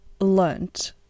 learned